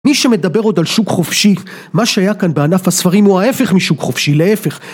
מי שמדבר עוד על שוק חופשי, מה שהיה כאן בענף הספרים הוא ההפך משוק חופשי להפך